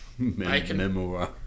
Memoir